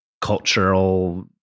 cultural